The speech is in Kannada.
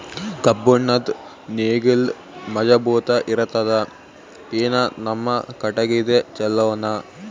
ಕಬ್ಬುಣದ್ ನೇಗಿಲ್ ಮಜಬೂತ ಇರತದಾ, ಏನ ನಮ್ಮ ಕಟಗಿದೇ ಚಲೋನಾ?